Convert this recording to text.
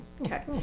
Okay